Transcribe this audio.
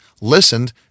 listened